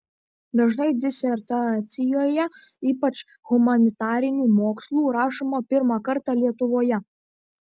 dažnai disertacijoje ypač humanitarinių mokslų rašoma pirmą kartą lietuvoje